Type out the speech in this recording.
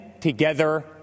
together